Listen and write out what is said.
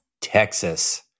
Texas